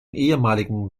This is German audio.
ehemaligen